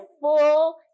full